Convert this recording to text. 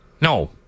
No